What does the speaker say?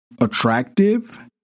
attractive